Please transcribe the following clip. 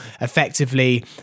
Effectively